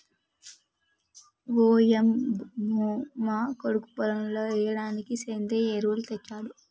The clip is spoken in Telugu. ఓయంమో మా కొడుకు పొలంలో ఎయ్యిడానికి సెంద్రియ ఎరువులు తెచ్చాడు